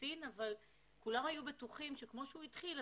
בסין אבל כולם היו בטוחים שכמו שהוא התחיל,